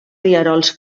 rierols